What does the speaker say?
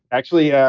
actually, yeah